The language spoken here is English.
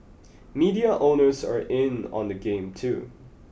depression is a real thing